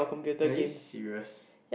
are you serious